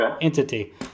entity